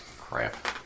Crap